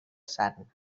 sant